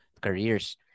careers